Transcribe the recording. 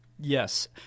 Yes